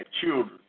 children